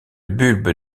bulbe